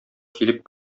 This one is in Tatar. килеп